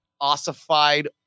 ossified